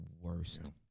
worst